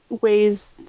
ways